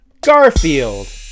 Garfield